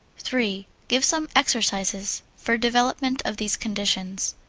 three. give some exercises for development of these conditions.